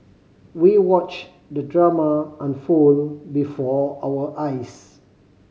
we watched the drama unfold before our eyes